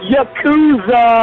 Yakuza